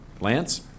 Lance